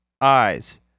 eyes